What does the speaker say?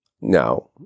Now